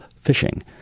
fishing